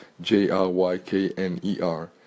J-R-Y-K-N-E-R